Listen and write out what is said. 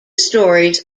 stories